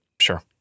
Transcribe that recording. Sure